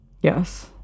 yes